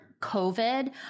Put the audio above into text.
COVID